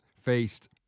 faced